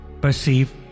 Perceive